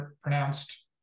pronounced